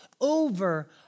over